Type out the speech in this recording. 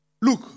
Look